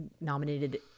nominated